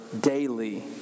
daily